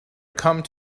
come